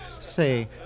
Say